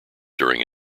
during